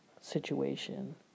situation